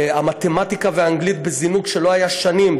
המתמטיקה והאנגלית בזינוק שלא היה שנים,